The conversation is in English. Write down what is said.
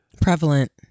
prevalent